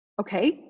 Okay